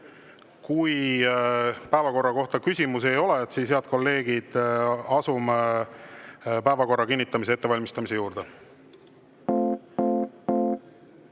Kui päevakorra kohta küsimusi ei ole, siis, head kolleegid, asume päevakorra kinnitamise ettevalmistamise